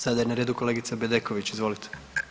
Sada je na redu kolegica Bedeković, izvolite.